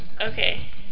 Okay